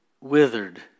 withered